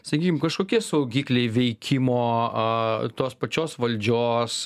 sakykim kažkokie saugikliai veikimo a tos pačios valdžios